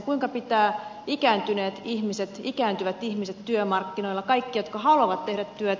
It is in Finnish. kuinka pitää ikääntyneet ihmiset ikääntyvät ihmiset työmarkkinoilla kaikki jotka haluavat tehdä työtä